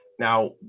Now